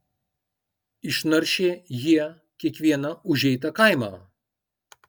išnaršė jie kiekvieną užeitą kaimą